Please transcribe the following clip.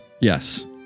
yes